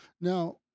Now